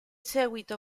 seguito